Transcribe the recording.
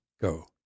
go